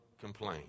complain